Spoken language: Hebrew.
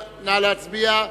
נא להצביע.